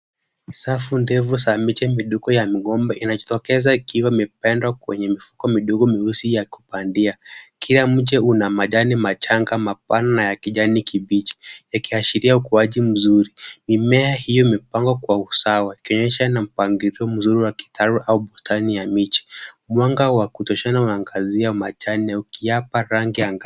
Safu ndefu za miche midogo ya migomba inajitokeza ikiwa imepandwa kwenye mifuko midogo myeusi ya kupandia. Kila mche una majani machanga mapana na ya kijani kibichi yakiashiria ukuaji mzuri. Mimea hii imepangwa kwa usawa ikionyesha mpangilio mzuri wa kitalu au bustani ya miche. Mwanga wa kutoshana unaangazia majani ukiyapa rangi angavu.